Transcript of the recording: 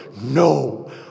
No